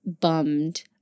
bummed